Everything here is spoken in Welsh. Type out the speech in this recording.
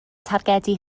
targedu